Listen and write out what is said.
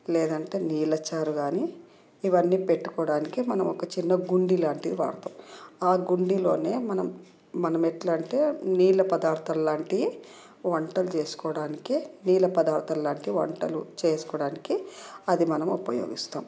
లేదంటే నీళ్ళ చారు కానీ ఇవన్నీ పెట్టుకోవడానికి మనం ఒక చిన్న గుండిలాంటి వాడతాం ఆ గుండిలోనే మనం మనం ఎట్లా అంటే నీళ్ళ పదార్థాలు లాంటి వంటలు చేసుకోవడానికి నీళ్ళ పదార్థాలు లాంటి వంటలు చేసుకోవడానికి అది మనం ఉపయోగిస్తాం